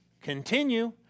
Continue